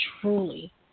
truly